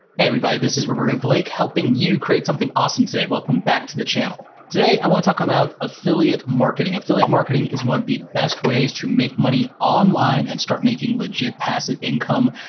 hey everybody, this is roberto blake, helping you create something awesome today, welcome back to the channel. today i wanna talk about affiliate marketing, affiliate marketing is one of the best ways to make money online and start making legit passive income.